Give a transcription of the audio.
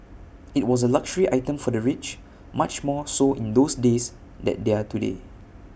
IT was A luxury item for the rich much more so in those days than they are today